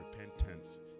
repentance